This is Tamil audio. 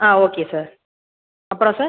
ஆ ஓகே சார் அப்புறம் சார்